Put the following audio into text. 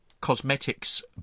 cosmetics